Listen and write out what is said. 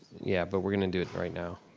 yeah, but we're gonna do it right now.